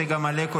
צגה מלקו,